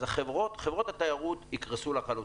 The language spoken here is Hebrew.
חברות התיירות יקרסו לחלוטין.